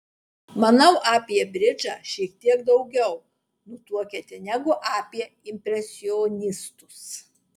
manau apie bridžą šiek tiek daugiau nutuokiate negu apie impresionistus